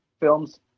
films